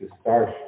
start